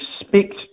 expect